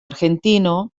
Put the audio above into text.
argentino